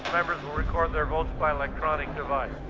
members will record their votes by electronic device.